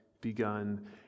begun